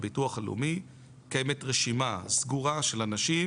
הביטוח הלאומי קיימת רשימה סגורה של אנשים